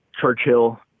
Churchill